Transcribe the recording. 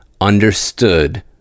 understood